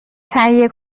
تهیه